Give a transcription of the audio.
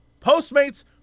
Postmates